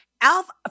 Alpha